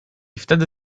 wtedy